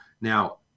Now